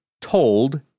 told